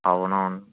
అవునవును